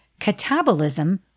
catabolism